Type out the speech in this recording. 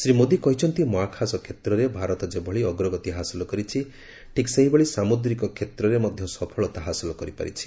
ଶ୍ରୀ ମୋଦୀ କହିଛନ୍ତି ମହାକାଶ କ୍ଷେତ୍ରରେ ଭାରତ ଯେଭଳି ଅଗ୍ରଗତି ହାସଲ କରିଛି ଠିକ୍ ସେହିଭଳି ସାମୁଦ୍ରିକ କ୍ଷେତ୍ରରେ ମଧ୍ୟ ସଫଳତା ହାସଲ କରିପାରିଛି